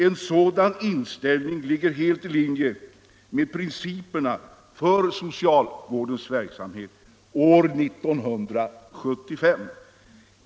En sådan inställning ligger helt i linje med principerna för socialvårdens verksamhet år 1975.